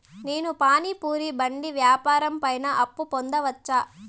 నేను పానీ పూరి బండి వ్యాపారం పైన అప్పు పొందవచ్చా?